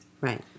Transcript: Right